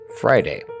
Friday